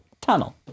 tunnel